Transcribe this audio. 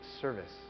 service